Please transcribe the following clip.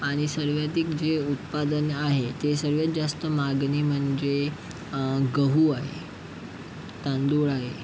आणि सर्वाधिक जे उत्पादन आहे ते सर्वात जास्त मागणी म्हणजे गहू आहे तांदूळ आहे